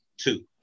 two